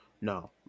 No